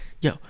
Yo